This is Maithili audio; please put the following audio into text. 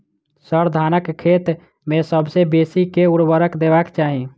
सर, धानक खेत मे सबसँ बेसी केँ ऊर्वरक देबाक चाहि